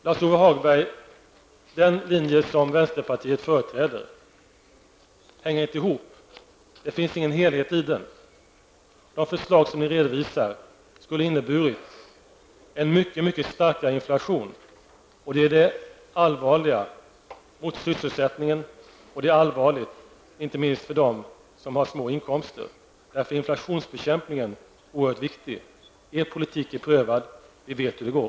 Lars-Ove Hagberg, den linje som vänsterpartiet företräder hänger inte ihop. Det finns inte någon helhet i den. Det förslag som ni redovisar skulle ha inneburit en mycket högre inflationstakt, och det är allvarligt för sysselsättningen och inte minst för dem som har låga inkomster. Därför är inflationsbekämpningen oerhört viktig. Er politik är prövad, och vi vet hur det går.